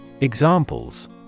Examples